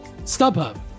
StubHub